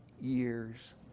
years